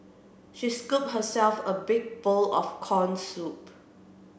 she scooped herself a big bowl of corn soup